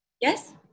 Yes